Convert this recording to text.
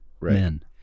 men